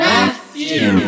Matthew